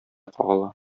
кагыла